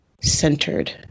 centered